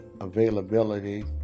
availability